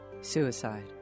Suicide